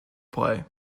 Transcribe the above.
play